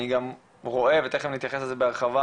אני גם רואה, ותכף נתייחס לזה בהרחבה,